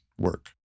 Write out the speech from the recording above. work